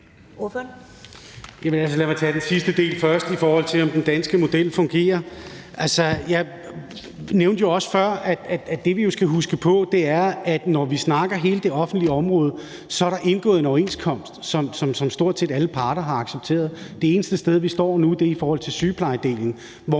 Lad mig tage den sidste del først, i forhold til om den danske model fungerer. Jeg nævnte også før, at det, vi jo skal huske på, er, at når vi snakker om hele det offentlige område, så er der indgået en overenskomst, som stort set alle parter har accepteret. Det eneste, vi står med nu, er i forhold til sygeplejedelen,